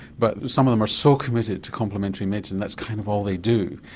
but some of them are so committed to complementary medicine, that's kind of all they do.